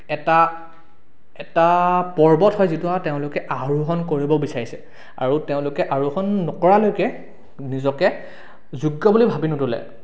এটা এটা পৰ্বত হয় যিটো তেওঁলোকে আৰোহণ কৰিব বিচাৰিছে আৰু তেওঁলোকে আৰোহণ নকৰালৈকে নিজকে যোগ্য বুলি ভাবি নোতোলে